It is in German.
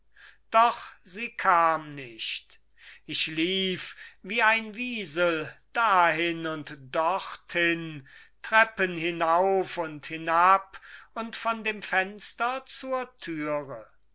doch sie kam nicht ich lief wie ein wiesel dahin und dorthin treppen hinauf und hinab und von dem fenster zur türe